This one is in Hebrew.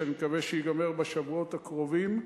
שאני מקווה שייגמר בשבועות הקרובים,